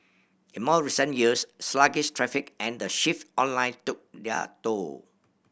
in more recent years sluggish traffic and the shift online took their toll